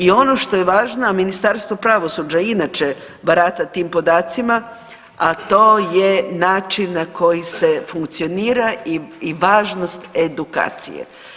I ono što je važno, a Ministarstvo pravosuđa inače barata tim podacima, a to je način na koji se funkcionira i važnost edukacije.